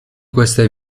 queste